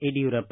Yediyurappa